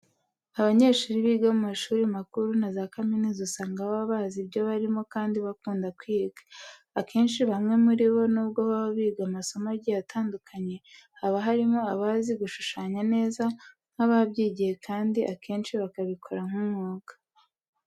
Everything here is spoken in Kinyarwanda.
Abanyeshuri biga mu mashuri makuru na za kaminuza usanga baba bazi ibyo barimo kandi bakunda kwiga. Akenshi bamwe muri bo nubwo baba biga amasomo agiye atandukanye, haba harimo abazi gushushanya neza nk'ababyigiye kandi akenshi bakabikora nk'umwuga.